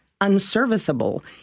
unserviceable